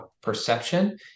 perception